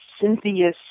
Cynthia